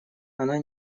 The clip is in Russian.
она